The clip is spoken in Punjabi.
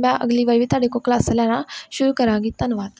ਮੈਂ ਅਗਲੀ ਵਾਰ ਵੀ ਤੁਹਾਡੇ ਕੋਲ ਕਲਾਸ ਲੈਣਾ ਸ਼ੁਰੂ ਕਰਾਂਗੀ ਧੰਨਵਾਦ